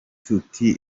tuti